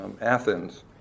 Athens